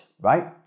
right